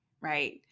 right